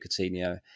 Coutinho